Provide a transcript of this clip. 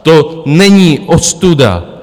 To není ostuda.